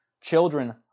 Children